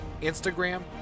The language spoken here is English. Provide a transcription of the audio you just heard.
Instagram